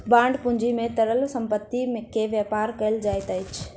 bond पूंजी में तरल संपत्ति के व्यापार कयल जाइत अछि